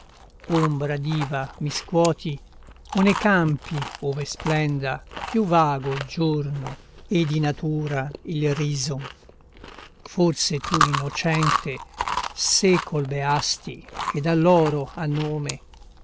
ombra diva mi scuoti o ne campi ove splenda più vago il giorno e di natura il riso forse tu l'innocente secol beasti che dall'oro ha nome